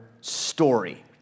story